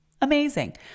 amazing